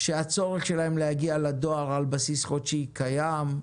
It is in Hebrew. שהצורך שלהם להגיע לדואר על בסיס חודשי קיים.